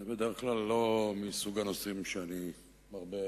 זה בדרך כלל לא מסוג הנושאים שאני מרבה